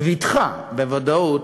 בבטחה, בוודאות,